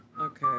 Okay